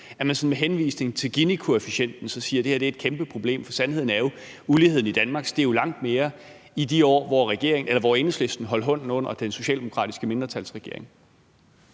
at man med henvisning til Ginikoefficienten siger, at det her er et kæmpe problem. For sandheden er jo, at uligheden i Danmark steg langt mere i de år, hvor Enhedslisten holdt hånden under den socialdemokratiske mindretalsregering.